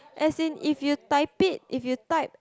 as in if you type it if you type